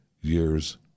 years